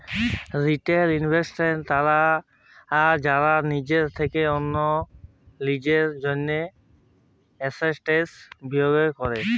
retail investors তারা যারা লিজের থেক্যে আর লিজের জন্হে এসেটস বিলিয়গ ক্যরে